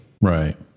Right